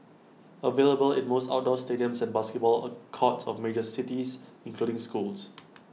available in most outdoor stadiums and basketball A courts of major cities including schools